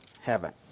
heaven